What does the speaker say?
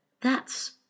That's